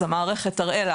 אז המערכת תראה לה